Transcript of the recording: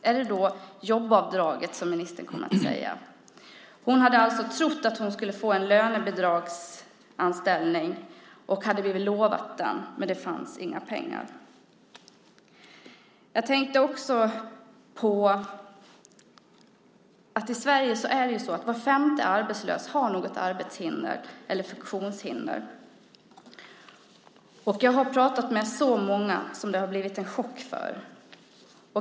Är det jobbavdraget som ministern då kommer att nämna? Den här kvinnan hade alltså trott att hon skulle få en lönebidragsanställning, som hon hade blivit lovad. Men det fanns inga pengar. Jag tänkte också på att det i Sverige är så att var femte arbetslös har något slags arbetshinder eller funktionshinder. Jag har pratat med väldigt många som det här har blivit en chock för.